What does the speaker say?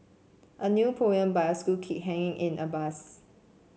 a new poem by a school kid hanging in a bus